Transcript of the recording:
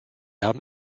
haben